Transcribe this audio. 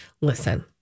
listen